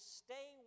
stay